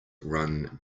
run